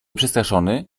przestraszony